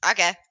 Okay